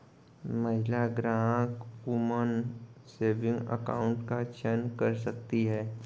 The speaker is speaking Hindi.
महिला ग्राहक वुमन सेविंग अकाउंट का चयन कर सकती है